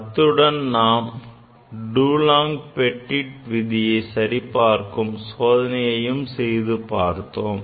அத்துடன் நாம் Dulong Petit's விதியை சரிபார்க்கும் சோதனையையும் செய்து பார்த்தோம்